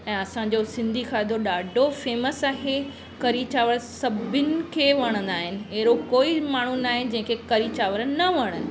ऐं असांजो सिंधी खाधो ॾाढो फेमस आहे कढ़ी चांवर सभिनि खे वणंदा आहिनि अहिड़ो कोई माण्हूं न आहे जंहिंखे कढ़ी चांवर न वणणु